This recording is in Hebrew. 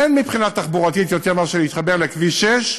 אין מבחינה תחבורתית יותר מאשר להתחבר לכביש 6,